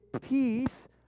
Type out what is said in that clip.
peace